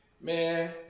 man